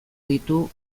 ditu